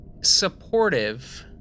supportive